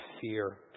fear